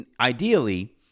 Ideally